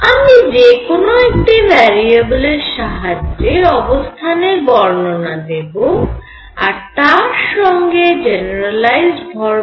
আমি যে কোন একটি ভ্যারিয়েবলের সাহায্যে অবস্থানের বর্ণনা দেব আর তার সঙ্গে জেনেরালাইজড ভরবেগের সংজ্ঞা দেব